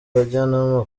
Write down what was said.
bajyanama